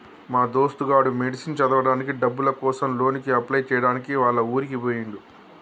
మా దోస్తు గాడు మెడిసిన్ చదవడానికి డబ్బుల కోసం లోన్ కి అప్లై చేయడానికి వాళ్ల ఊరికి పోయిండు